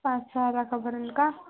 पाच सहा लाखापर्यंत का